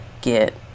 get